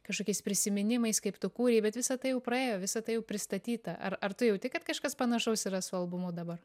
kažkokiais prisiminimais kaip tu kūrei bet visa tai jau praėjo visa tai jau pristatyta ar ar tu jauti kad kažkas panašaus yra su albumu dabar